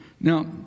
Now